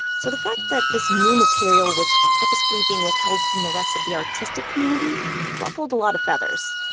so the fact that this new material was purposefully being withheld from the rest of the artistic community ruffled a lot of feathers,